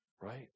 Right